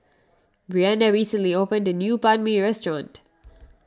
Brianda recently opened a new Banh Mi restaurant